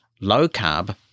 low-carb